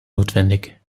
notwendig